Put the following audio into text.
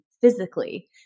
physically